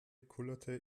kullerte